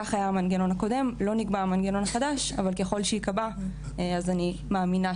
קודם כל אני רוצה